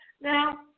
Now